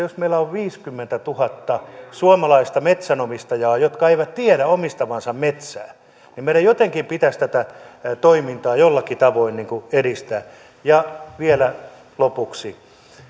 jos meillä on viisikymmentätuhatta suomalaista metsänomistajaa jotka eivät tiedä omistavansa metsää meidän jotenkin pitäisi tätä toimintaa jollakin tavoin edistää vielä lopuksi